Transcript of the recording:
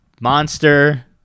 monster